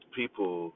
people